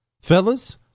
Fellas